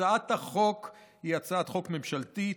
הצעת החוק היא הצעת חוק ממשלתית,